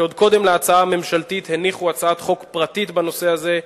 שעוד קודם להצעה הממשלתית הניחו הצעת חוק פרטית בנושא הזה,